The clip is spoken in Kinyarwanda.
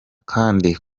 kandi